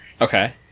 Okay